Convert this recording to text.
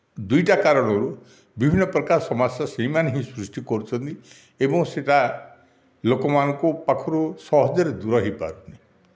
ଦୁଇଟା କାରଣରୁ ବିଭିନ୍ନପ୍ରକାର ସମସ୍ୟା ସେହିମାନେ ହିଁ ସୃଷ୍ଟି କରୁଛନ୍ତି ଏବଂ ସେଇଟା ଲୋକମାନଙ୍କ ପାଖରୁ ସହଜରେ ଦୂର ହୋଇ ପାରୁନି